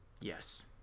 Yes